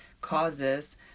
causes